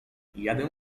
jadę